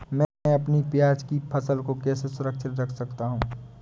मैं अपनी प्याज की फसल को कैसे सुरक्षित रख सकता हूँ?